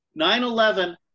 9-11